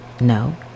no